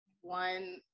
one